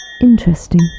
Interesting